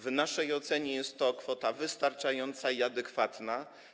W naszej ocenie jest to kwota wystarczająca i adekwatna.